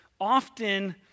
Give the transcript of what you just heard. often